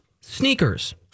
sneakers